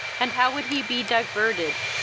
and how would he be diverted,